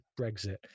Brexit